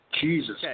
Jesus